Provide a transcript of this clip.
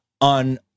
on